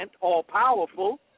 all-powerful